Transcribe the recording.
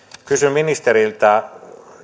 kysyn ministeriltä